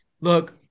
look